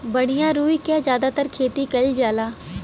बढ़िया रुई क जादातर खेती कईल जाला